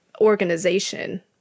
organization